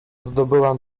zdobyłam